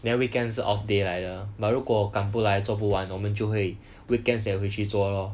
then weekends 是 off day 来的 but 如果赶不来做不完我们就会 weekends 也会去做:ye huiqu zuo lor